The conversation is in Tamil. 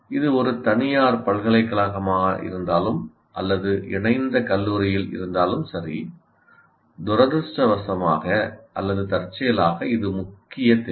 இது ஒரு தனியார் பல்கலைக்கழகமாக இருந்தாலும் அல்லது இணைந்த கல்லூரியில் இருந்தாலும் சரி துரதிர்ஷ்டவசமாக அல்லது தற்செயலாக இது முக்கிய தேவை